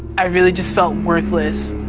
i really just felt worthless.